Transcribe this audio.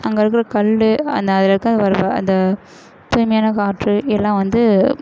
அங்கே இருக்கிற கல் அந்த அதில் இருக்கிற அந்த தூய்மையான காற்று எல்லாம் வந்து